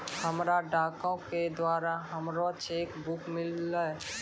हमरा डाको के द्वारा हमरो चेक बुक मिललै